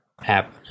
happen